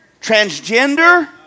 transgender